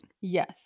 Yes